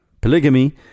Polygamy